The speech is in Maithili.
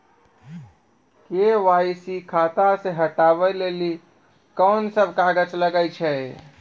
के.वाई.सी खाता से हटाबै लेली कोंन सब कागज लगे छै?